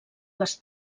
les